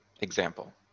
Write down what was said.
example